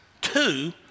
two